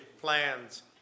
plans